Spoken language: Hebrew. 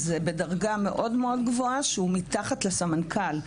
זה בדרגה מאוד גבוהה, מתחת לסמנכ"ל.